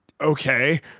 okay